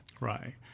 Right